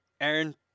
Aaron